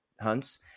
hunts